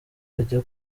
ajya